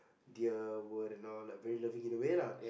dear word and all like very lovingly in a way lah